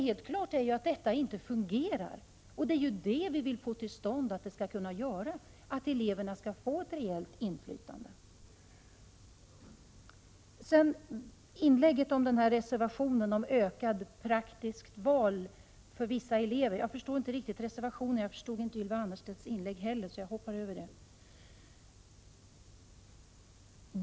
Helt klart är dock att detta inte fungerar. Vi vill att det skall kunna fungera och att eleverna skall få ett reellt inflytande. Reservationen om ökat praktiskt tillval för vissa elever förstår jag inte riktigt. Jag förstod inte heller Ylva Annerstedts inlägg. Jag hoppar över det.